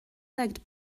legged